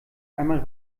einmal